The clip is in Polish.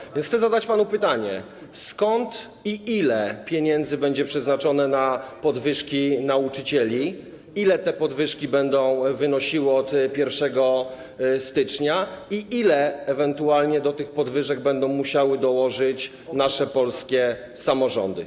Chcę więc zadać panu pytanie, skąd i ile pieniędzy będzie przeznaczone na podwyżki dla nauczycieli, ile te podwyżki będą wynosiły od 1 stycznia i ile ewentualnie do tych podwyżek będą musiały dołożyć nasze polskie samorządy.